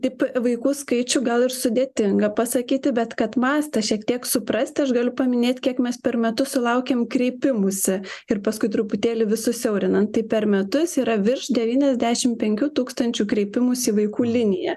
taip vaikų skaičių gal ir sudėtinga pasakyti bet kad mastą šiek tiek suprasti aš galiu paminėt kiek mes per metus sulaukiam kreipimųsi ir paskui truputėlį vis susiaurinan tai per metus yra virš devyniasdešim penkių tūkstančių kreipimųsi į vaikų liniją